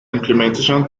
implementation